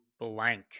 blank